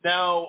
Now